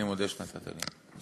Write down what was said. אני מודה לך שנתת לי.